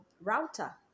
router